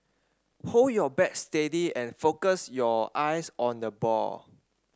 hold your bat steady and focus your eyes on the ball